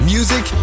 Music